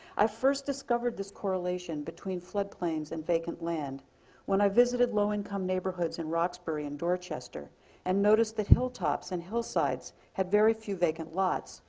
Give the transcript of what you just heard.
i first discovered this correlation between flood plains and vacant land when i visited low income neighborhoods in roxbury and dorchester and noticed that hill tops and hill sides had very few vacant lots,